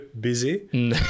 busy